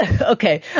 Okay